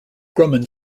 grumman